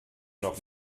noch